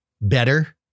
better